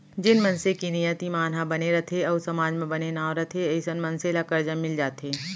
जेन मनसे के नियत, ईमान ह बने रथे अउ समाज म बने नांव रथे अइसन मनसे ल करजा मिल जाथे